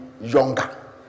younger